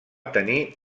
tenir